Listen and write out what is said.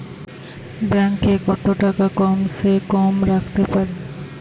Bank এ কত টাকা কম সে কম রাখতে পারি?